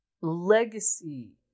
legacy